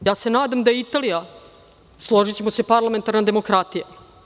Ja se nadam da je Italija, složićemo se, parlamentarna demokratija.